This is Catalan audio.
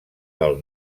pel